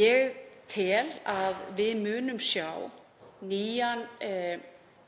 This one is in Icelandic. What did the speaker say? Ég tel að við munum sjá að